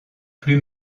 plus